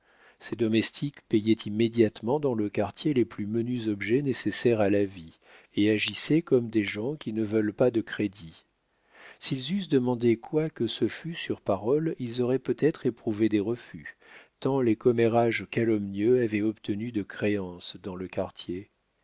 ses domestiques payaient immédiatement dans le quartier les plus menus objets nécessaires à la vie et agissaient comme des gens qui ne veulent pas de crédit s'ils eussent demandé quoi que ce fût sur parole ils auraient peut-être éprouvé des refus tant les commérages calomnieux avaient obtenu de créance dans le quartier